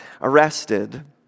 arrested